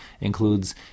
includes